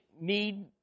need